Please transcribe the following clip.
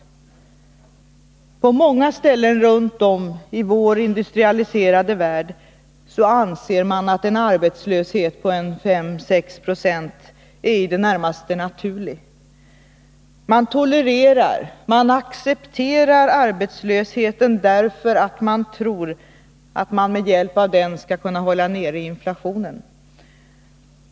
På många ställen runt om i vår industrialiserade värld anser man att en arbetslöshet på 5-6 76 är i det närmaste naturlig. Man tolererar och accepterar arbetslösheten därför att man tror att man med hjälp av den skall kunna hålla nere inflationen.